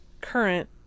current